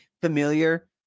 familiar